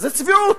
זו צביעות.